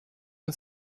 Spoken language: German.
und